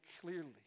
clearly